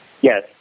Yes